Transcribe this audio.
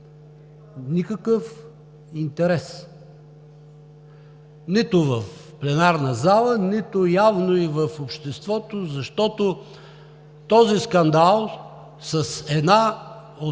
Никакъв интерес! Нито в пленарната зала, нито явно и в обществото, защото този скандал с една от